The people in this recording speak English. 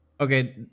Okay